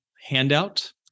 handout